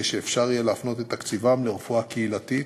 שאפשר יהיה להפנות את תקציבים לרפואה קהילתית.